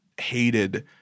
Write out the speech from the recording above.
hated